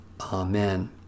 Amen